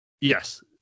Yes